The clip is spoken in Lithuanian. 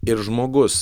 ir žmogus